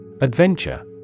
Adventure